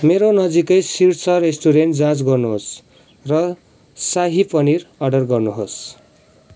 मेरो नजिकै शीर्ष रेस्टुरेन्ट जाँच गर्नुहोस् र शाही पनिर अर्डर गर्नुहोस्